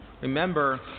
Remember